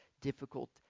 difficult